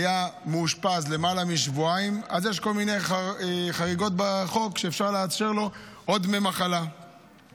זה חוק דמי המחלה בקריאה ראשונה.